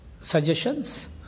suggestions